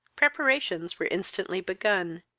preparations were instantly begun,